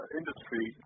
industry